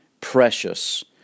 precious